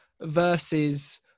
versus